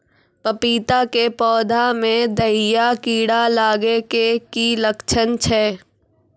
पपीता के पौधा मे दहिया कीड़ा लागे के की लक्छण छै?